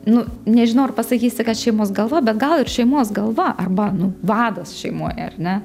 nu nežinau ar pasakysi kad šeimos galva bet gal ir šeimos galva arba nu vadas šeimoj ar ne